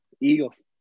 Eagles